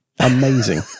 Amazing